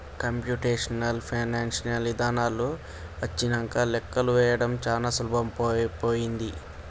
computational financing ఇదానాలు వచ్చినంక లెక్కలు వేయడం చానా సులభమైపోనాది